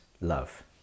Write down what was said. love